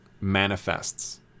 manifests